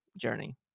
journey